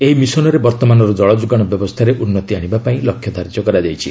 ଏହି ମିଶନରେ ବର୍ତ୍ତମାନର ଜଳଯୋଗାଣ ବ୍ୟବସ୍ଥାରେ ଉନ୍ନତି ଆଣିବା ପାଇଁ ଲକ୍ଷ୍ୟ ଧାର୍ଯ୍ୟ କରାଯାଇଛି